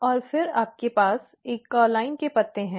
और फिर आपके पास एक कॉःलाइन के पत्ते हैं